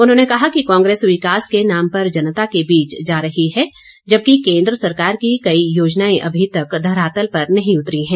उन्होंने कहा कि कांग्रेस विकास के नाम पर जनता के बीच जा रही है जबकि केन्द्र सरकार की कई योजनाएं अभी तक धरातल पर नहीं उतरी हैं